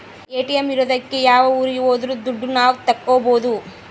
ATM ಇರೋದಕ್ಕೆ ಯಾವ ಊರಿಗೆ ಹೋದ್ರು ದುಡ್ಡು ನಾವ್ ತಕ್ಕೊಬೋದು